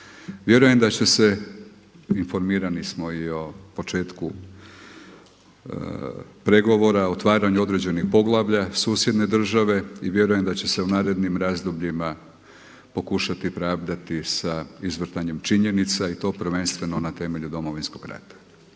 Vjerujem da će se, informirani smo i o početku pregovora o otvaranju određenih poglavlja susjedne države i vjerujem da će se u narednim razdobljima pokušati pravdati sa izvrtanjem činjenica i to prvenstveno na temelju Domovinskog rata.